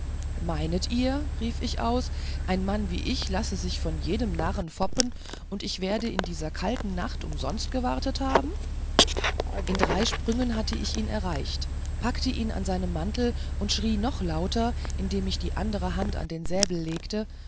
meinet ihr rief ich aus ein mann wie ich lasse sich von jedem narren foppen und ich werde in dieser kalten nacht umsonst gewartet haben in drei sprüngen hatte ich ihn erreicht packte ihn an seinem mantel und schrie noch lauter indem ich die andere hand an den säbel legte